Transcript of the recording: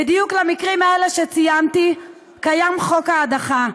בדיוק למקרים האלה שציינתי קיים חוק ההדחה,